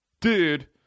dude